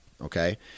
okay